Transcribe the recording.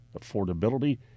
affordability